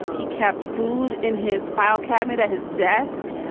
he kept food in his file cabinet at his desk. yeah